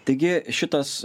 taigi šitas